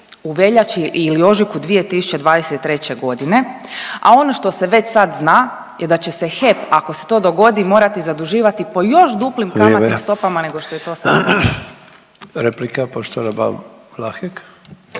u veljači ili ožujku 2023. godine. A ono što se već sada zna je da će HEP ako se to dogodi morati zaduživati po još duplim kamatnim stopama nego što je to sada. **Sanader,